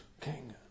king